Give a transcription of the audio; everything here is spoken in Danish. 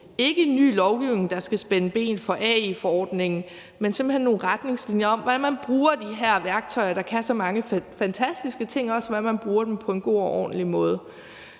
ikke om en ny lovgivning, der skal spænde ben for AI-forordningen, men simpelt hen nogle retningslinjer for, hvordan man bruger de her værktøjer, der kan så mange fantastiske ting, og også, hvordan man bruger dem på en god og ordentlig måde.